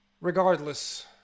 Regardless